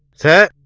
sir?